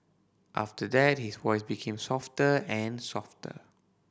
after that his voice became softer and softer